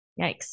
Yikes